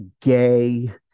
gay